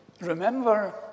Remember